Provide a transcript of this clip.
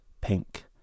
Pink